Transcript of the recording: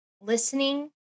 listening